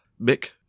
Mick